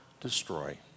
destroy